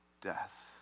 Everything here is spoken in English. death